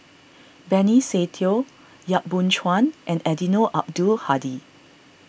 Benny Se Teo Yap Boon Chuan and Eddino Abdul Hadi